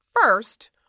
First